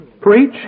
preach